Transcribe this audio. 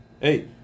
Hey